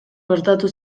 gertatu